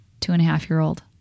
two-and-a-half-year-old